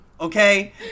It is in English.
okay